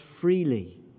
freely